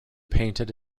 painted